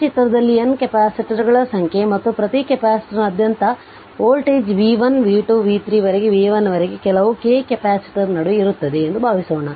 ಈ ಚಿತ್ರದಲ್ಲಿ n ಕೆಪಾಸಿಟರ್ಗಳ ಸಂಖ್ಯೆ ಮತ್ತು ಪ್ರತಿ ಕೆಪಾಸಿಟರ್ನಾದ್ಯಂತ ವೋಲ್ಟೇಜ್ v1 v2 v3 ವರೆಗೆ vn ವರೆಗೆ ಕೆಲವು k ಕೆಪಾಸಿಟರ್ ನಡುವೆ ಇರುತ್ತದೆ ಎಂದು ಭಾವಿಸೋಣ